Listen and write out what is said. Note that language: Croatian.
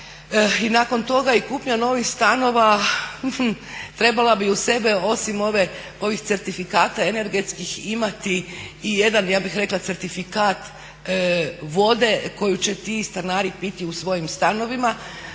i nakon toga i kupnja novih stanova trebala bi uz sebe osim ovih certifikata energetskih imati i jedan ja bih rekla certifikat vode koju će ti stanari piti u svojim stanovima.